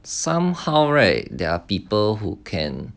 somehow right there are people who can